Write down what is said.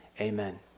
Amen